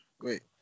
wait